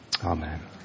Amen